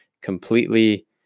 completely